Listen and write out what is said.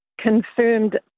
confirmed